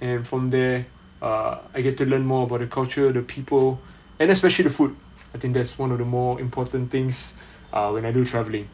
and from there uh I get to learn more about the culture the people and especially the food I think that's one of the more important things uh when I do traveling